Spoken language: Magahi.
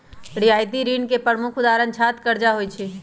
रियायती ऋण के प्रमुख उदाहरण छात्र करजा होइ छइ